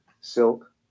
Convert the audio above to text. silk